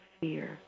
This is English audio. fear